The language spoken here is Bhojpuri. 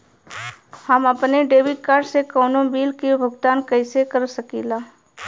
हम अपने डेबिट कार्ड से कउनो बिल के भुगतान कइसे कर सकीला?